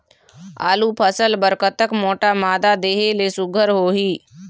आलू फसल बर कतक मोटा मादा देहे ले सुघ्घर होही?